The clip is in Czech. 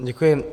Děkuji.